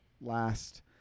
last